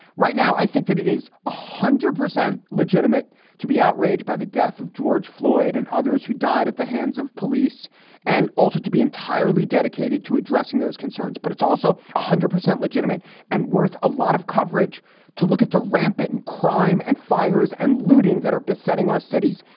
right now, i think that it is a hundred percent legitimate to be outraged by the death of george floyd and others who died at the hands of police and also to be entirely dedicated to addressing those concerns. but it's also one hundred percent legitimate and worth a lot of coverage to look at the rampant and crime and fires and looting that are besetting our cities.